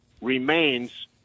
remains